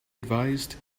advised